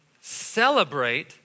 celebrate